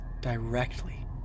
directly